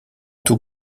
tout